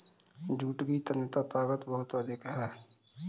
jute की तन्यता ताकत बहुत अधिक है